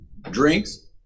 drinks